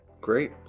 great